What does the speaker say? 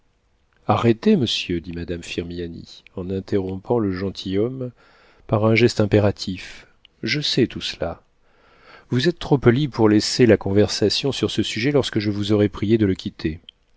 arrêtez monsieur dit madame firmiani en interrompant le gentilhomme par un geste impératif je sais tout cela vous êtes trop poli pour laisser la conversation sur ce sujet lorsque je vous aurai prié de quitter